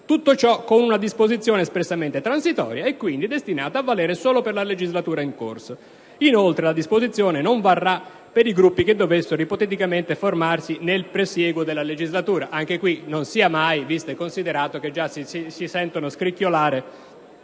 «Tutto ciò, con una disposizione dichiarata espressamente transitoria, e quindi destinata a valere solo per la legislatura in corso». Inoltre, la disposizione medesima non varrà per i Gruppi che dovessero ipoteticamente formarsi nel prosieguo della legislatura. Anche qui: non sia mai, visto e considerato che già si sentono scricchiolare